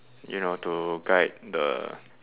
you know to guide the